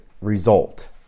result